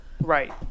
right